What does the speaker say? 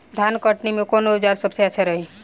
धान कटनी मे कौन औज़ार सबसे अच्छा रही?